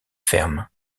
fermes